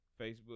Facebook